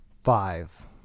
Five